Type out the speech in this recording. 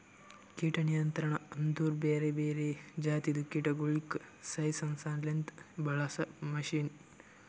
ಕೀಟ ನಿಯಂತ್ರಣ ಅಂದುರ್ ಬ್ಯಾರೆ ಬ್ಯಾರೆ ಜಾತಿದು ಕೀಟಗೊಳಿಗ್ ಸಾಯಿಸಾಸಲೆಂದ್ ಬಳಸ ಮಷೀನ್